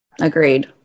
agreed